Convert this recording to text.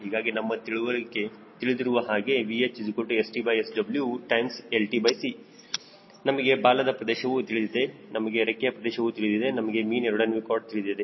ಹೀಗಾಗಿ ನಮಗೆ ತಿಳಿದಿರುವ ಹಾಗೆ VHStSwltC ನಮಗೆ ಬಾಲದ ಪ್ರದೇಶವು ತಿಳಿದಿದೆ ನಮಗೆ ರೆಕ್ಕೆಯ ಪ್ರದೇಶವು ತಿಳಿದಿದೆ ನಮಗೆ ಮೀನ್ ಏರೋಡೈನಮಿಕ್ ಕಾರ್ಡ್ ತಿಳಿದಿದೆ